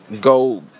go